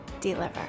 Deliver